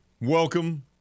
Welcome